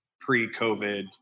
pre-COVID